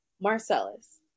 Marcellus